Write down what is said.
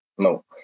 No